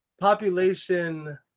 Population